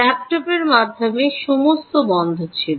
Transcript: ল্যাপটপের মাধ্যমে সমস্ত বন্ধ ছিল